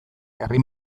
herri